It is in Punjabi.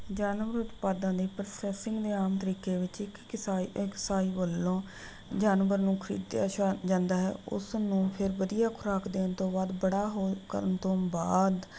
ਜਾਨਵਰ ਉਤਪਾਦਾਂ ਦੀ ਪ੍ਰੋਸੈਸਿੰਗ ਦੇ ਆਮ ਤਰੀਕੇ ਵਿੱਚ ਇੱਕ ਕਿਸਾਈ ਕਸਾਈ ਵੱਲੋਂ ਜਾਨਵਰ ਨੂੰ ਖਰੀਦਿਆ ਜਾ ਜਾਂਦਾ ਹੈ ਉਸ ਨੂੰ ਫਿਰ ਵਧੀਆ ਖੁਰਾਕ ਦੇਣ ਤੋਂ ਬਾਅਦ ਬੜਾ ਹੋ ਕਰਨ ਤੋਂ ਬਾਅਦ